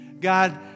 God